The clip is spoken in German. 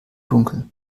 dunkel